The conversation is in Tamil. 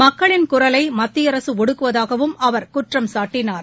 மக்களின் குரலை மத்திய அரசு ஒடுக்குவதாகவும் அவர் குற்றம் சாட்டினார்